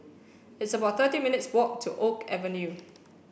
it's about thirty minutes walk to Oak Avenue